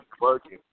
working